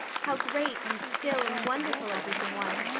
how great and still and wonderful everything was,